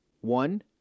One